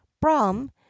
brahm